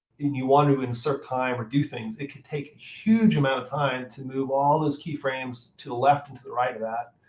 and you want to insert time or do things, it could take a huge amount of time to move all those key frames to the left and to the right of that,